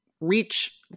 reach